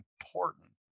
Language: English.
important